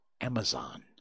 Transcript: Amazon